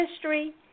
history